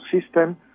system